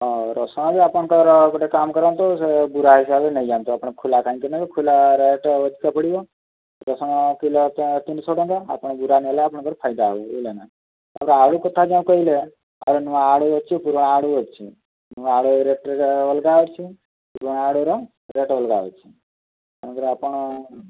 ଆଉ ରସୁଣ ବି ଆପଣଙ୍କର ଗୋଟେ କାମ କରନ୍ତୁ ସେ ବୁରା ହିସାବରେ ନେଇଯାଆନ୍ତୁ ଆପଣ ଖୋଲା କାହିଁକି ନେବେ ଖୋଲା ରେଟ୍ ଅଧିକ ପଡ଼ିବ ରସୁଣ କିଲ ତ ତିନିଶହ ଟଙ୍କା ଆପଣ ବୁରା ନେଲେ ଆପଣଙ୍କର ଫାଇଦା ହେବ ବୁଝିଲେନା ତାପରେ ଆଳୁ କଥା ଯେଉଁ କହିଲେ ଆଳୁ ନୂଆ ଆଳୁ ଅଛି ପୁରୁଣା ଆଳୁ ଅଛି ନୂଆ ଆଳୁର ରେଟ୍ ଅଲଗା ଅଛି ପୁରୁଣା ଆଳୁର ରେଟ୍ ଅଲଗା ଅଛି ତେଣୁ କରି ଆପଣ